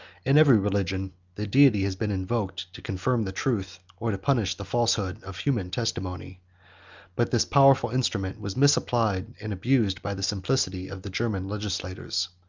in every religion, the deity has been invoked to confirm the truth, or to punish the falsehood of human testimony but this powerful instrument was misapplied and abused by the simplicity of the german legislators.